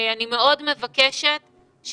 חברת הכנסת זנדברג, זה מה שדיברנו קודם, שאין